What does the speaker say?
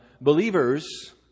believers